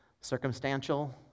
Circumstantial